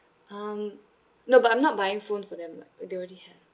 um no but I'm not buying phone for them they already have